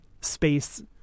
space